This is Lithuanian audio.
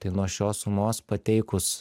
tai nuo šios sumos pateikus